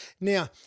Now